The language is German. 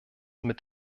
mit